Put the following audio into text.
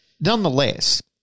Nonetheless-